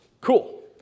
Cool